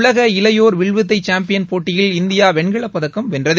உலக இளையோா் வில்வித்தை சாம்பியன் போட்டியில் இந்தியா வெண்கலப்பதக்கம் வென்றது